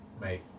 mate